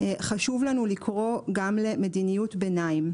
חשוב לנו לקרוא גם למדיניות ביניים.